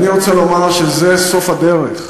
אני רוצה לומר שזה סוף הדרך,